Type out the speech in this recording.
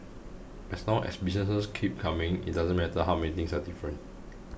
as long as business keeps coming it doesn't matter how many things are different